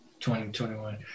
2021